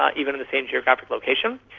ah even in the same geographic location.